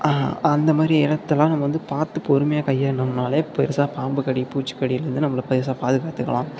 அந்த மாதிரி இடத்தலாம் நம்ம வந்து பார்த்து பொறுமையாக கையாண்டோம்னாலே பெருசாக பாம்பு கடி பூச்சிக்கடிலேருந்து நம்மளை பெருசாக பாதுகாத்துக்கலாம்